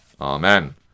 Amen